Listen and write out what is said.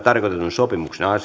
sopimuksesta